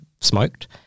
smoked